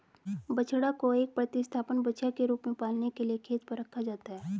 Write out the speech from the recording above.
बछड़ा को एक प्रतिस्थापन बछिया के रूप में पालने के लिए खेत पर रखा जाता है